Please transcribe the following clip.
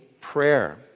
prayer